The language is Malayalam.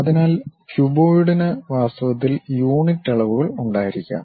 അതിനാൽ ക്യൂബോയിഡിന് വാസ്തവത്തിൽ യൂണിറ്റ് അളവുകൾ ഉണ്ടായിരിക്കാം